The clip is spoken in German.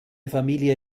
familie